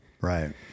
right